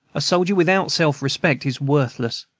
a soldier without self-respect is worthless.